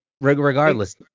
Regardless